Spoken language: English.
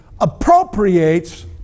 appropriates